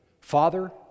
Father